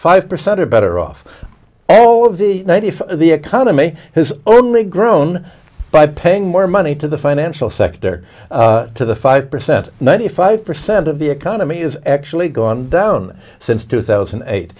five percent or better off all of the ninety if the economy has only grown by paying more money to the financial sector to the five percent ninety five percent of the economy is actually gone down since two thousand and eight